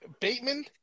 Bateman